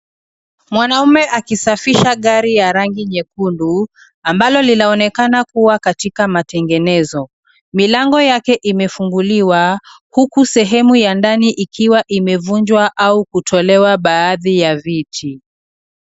Mwanaume akisafisha gari ya rangi nyekundu, ambalo linaonekana kuwa katika matengenezo. Milango yake imefunguliwa ,huku sehemu ya ndani ikiwa imevunjwa, au kutolewa baadhi ya viti.